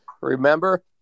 Remember